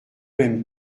même